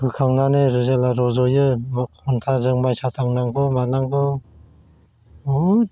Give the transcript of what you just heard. फोखांमानै जेला रज'यो खन्थाजों मायसा दांनांगौ मोनांगौ बुहुथ